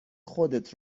خودت